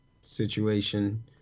situation